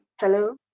Hello